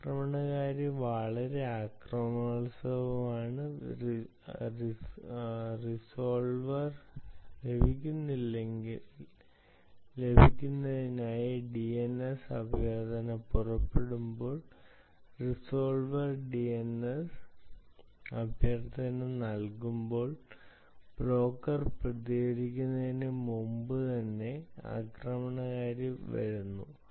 ആക്രമണകാരി വളരെ ആക്രമണാത്മകമാണ് റിസോൾവർ ലഭ്യമാക്കുന്നതിനായി ഡിഎൻഎസ് അഭ്യർത്ഥന പുറപ്പെടുമ്പോൾ ബ്രോക്കർ പ്രതികരിക്കുന്നതിന് മുമ്പുതന്നെ ആക്രമണകാരി വരുന്നു